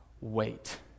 wait